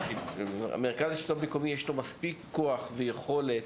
למרכז השלטון המקומי יש מספיק כוח ויכולת,